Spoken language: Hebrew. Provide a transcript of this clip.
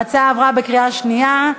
ההצעה עברה בקריאה שנייה.